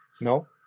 No